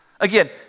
Again